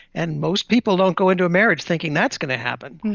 and most people don't go into a marriage thinking that's going to happen.